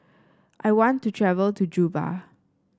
I want to travel to Juba